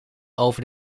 over